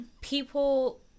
People